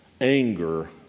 anger